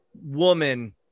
woman